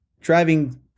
driving